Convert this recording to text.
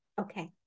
Okay